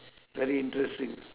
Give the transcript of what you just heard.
very interesting